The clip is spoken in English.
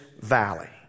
valley